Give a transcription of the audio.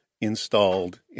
installed